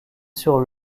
sur